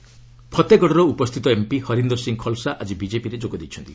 BJP AAP ଫତେଗଡ଼ର ଉପସ୍ଥିତ MP Harinder Singh Khalsa ଆଜି ବିଜେପିରେ ଯୋଗ ଦେଇଛନ୍ତି